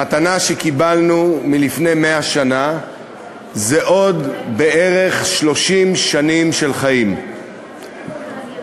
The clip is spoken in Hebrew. המתנה שקיבלנו היא עוד בערך 30 שנים של חיים על אלה היו לפני 100 שנה.